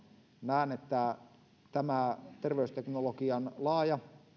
näen että tämä terveysteknologian laaja